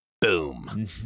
boom